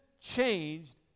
changed